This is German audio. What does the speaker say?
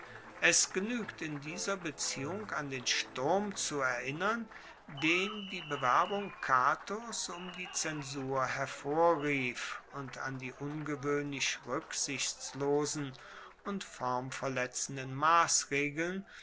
es genuegt in dieser beziehung an den sturm zu erinnern den die bewerbung catos um die zensur hervorrief und an die ungewoehnlich ruecksichtslosen und formverletzenden massregeln